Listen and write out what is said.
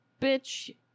Bitch